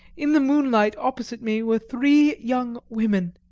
in the moonlight opposite me were three young women,